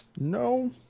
No